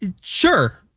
Sure